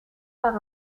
par